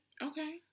Okay